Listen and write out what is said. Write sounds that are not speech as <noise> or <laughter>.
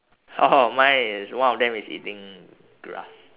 <laughs> mine is one of them is eating grass